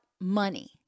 money